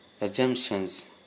assumptions